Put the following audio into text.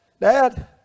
Dad